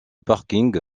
parking